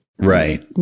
Right